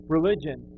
Religion